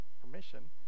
permission